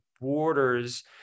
borders